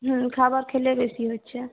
হুম খাবার খেলে বেশি হচ্ছে